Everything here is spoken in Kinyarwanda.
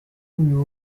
uyu